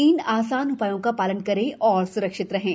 तीन आसान उपायों का पालन करें और स्रक्षित रहें